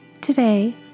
Today